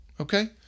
Okay